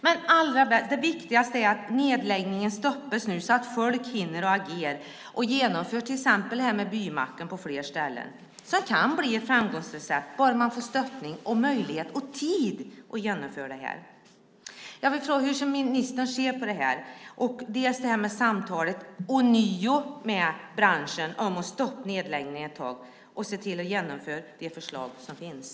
Men det viktigaste är att nedläggningen stoppas nu, så folk hinner agera och genomför till exempel det här med Bymacken på fler ställen. Det kan bli ett framgångskoncept, bara man får stöttning, möjlighet och tid att genomföra det. Jag vill fråga hur ministern ser på det här, på, ånyo, ett samtal med branschen om att stoppa nedläggningen ett tag och på att se till att genomföra de förslag som finns.